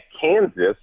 Kansas